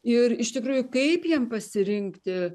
ir iš tikrųjų kaip jiem pasirinkti